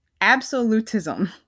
absolutism